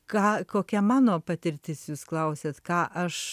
ką kokia mano patirtis jūs klausiat ką aš